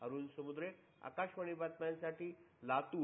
अरुण समुद्रे आकाशवाणी बातम्यांसाठी लातूर